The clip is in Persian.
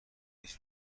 هیچ